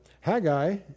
Haggai